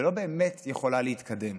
ולא באמת יכולה להתקדם.